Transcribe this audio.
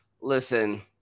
listen